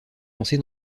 lancé